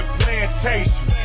plantation